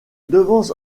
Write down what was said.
devance